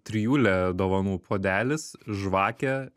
trijulė dovanų puodelis žvakė